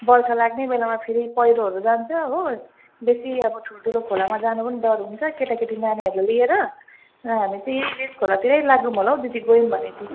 बर्खा लाग्ने बेलामा फेरि पैह्रोहरू जान्छ हो बेसी अब ठुल्ठुलो खोलामा जानु पनि डर हुन्छ केटा केटी नानीहरूलाई लिएर र हामी चाहिँ यही लेस खोलातिरै लागौँ होला हौ दिदी गयौँ भने चाहिँ